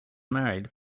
married